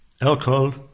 Alcohol